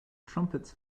trumpets